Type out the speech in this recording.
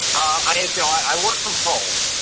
um i you know i work from home,